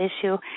issue